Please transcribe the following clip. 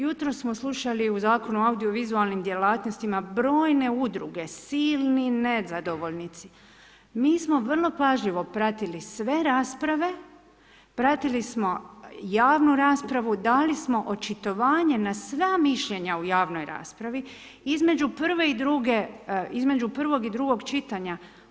Jutros smo slušali u Zakonu o audiovizualnim djelatnostima brojne udruge, silni nezadovoljnici, mi smo vrlo pažljivo pratili sve rasprave, pratili smo javnu raspravu, dali smo očitovanje na sva mišljenja u javnoj raspravi između prvog i drugog čitanja.